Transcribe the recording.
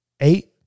eight